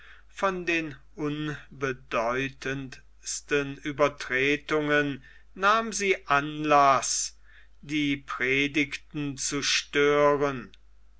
von den unbedeutendsten uebertretungen nahm sie anlaß die predigten zu stören